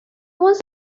was